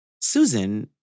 Susan